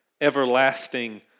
Everlasting